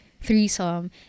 threesome